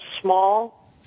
small